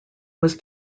was